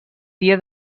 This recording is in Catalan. dia